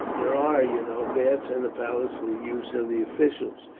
there are, you know, baths in the palace for the use of the officials.